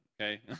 okay